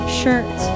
shirt